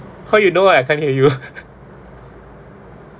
how you know I can't hear you